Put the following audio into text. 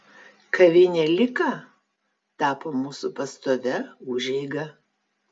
kavinė lika tapo mūsų pastovia užeiga